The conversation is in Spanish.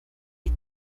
lic